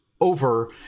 over